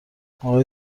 اقای